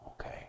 Okay